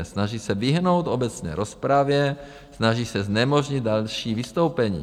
Snaží se vyhnout obecné rozpravě, snaží se znemožnit další vystoupení.